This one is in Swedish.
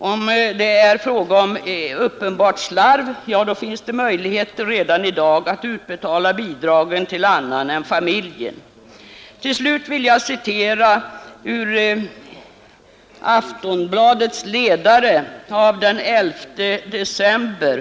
Om det är fråga om uppenbart slarv — ja, då finns det redan i dag möjligheter att utbetala bidragen till annan än familjen. Till slut vill jag citera ur Aftonbladets ledare den 11 december.